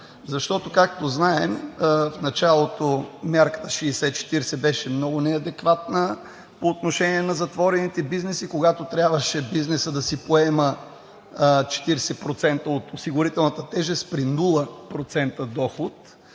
Защото, както знаем, в началото мярката 60/40 беше много неадекватна по отношение на затворените бизнеси и когато бизнесът трябваше да си поема 40% от осигурителната тежест при 0% доход,